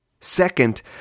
Second